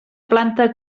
planta